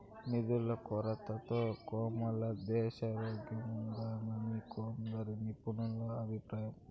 నిధుల కొరతతో కోమాలో దేశారోగ్యంఉన్నాదని కొందరు నిపుణుల అభిప్రాయం